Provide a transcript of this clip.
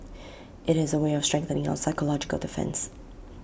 IT is A way of strengthening our psychological defence